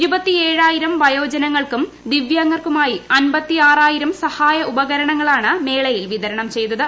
ഇരുപത്തിഏഴായിരം വയോജനങ്ങൾക്കും ദിവ്യാംഗർക്കുമായി അൻപത്തിയാറായിരം സഹായ ഉപകരണങ്ങളാണ് മേളയിൽ വിതരണം ചെയ്തത്